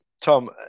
Tom